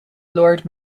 lord